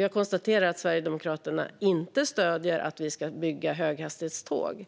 Jag konstaterar att Sverigedemokraterna inte stöder att vi ska bygga höghastighetsjärnväg.